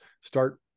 start